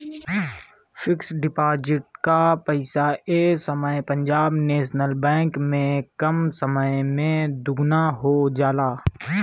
fix deposit कअ पईसा ए समय पंजाब नेशनल बैंक में कम समय में दुगुना हो जाला